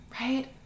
right